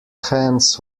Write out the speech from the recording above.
hands